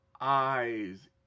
eyes